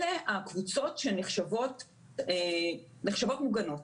אלה הקבוצות שנחשבות מוגנות.